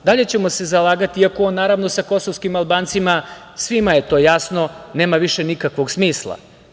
Dalje ćemo se zalagati, iako on, naravno, sa kosovskim Albancima, svima je to jasno, nema više nikakvog smisla.